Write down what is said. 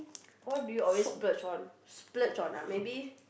what do you always splurge on splurge on ah maybe